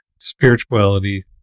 spirituality